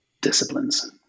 Disciplines